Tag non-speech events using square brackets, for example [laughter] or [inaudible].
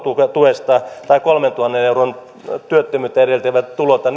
koko tuesta tai kolmentuhannen euron työttömyyttä edeltäviltä tuloilta [unintelligible]